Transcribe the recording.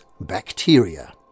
bacteria